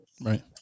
Right